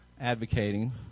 advocating